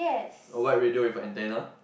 a white radio with an antenna